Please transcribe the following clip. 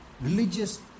religious